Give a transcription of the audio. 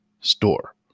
store